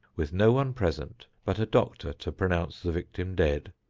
with no one present but a doctor to pronounce the victim dead,